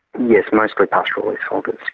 yes, mostly pastoral leaseholders,